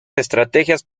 estrategias